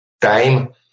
time